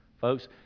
folks